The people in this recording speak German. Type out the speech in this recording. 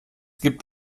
gibt